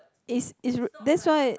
is is that's why